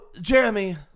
Jeremy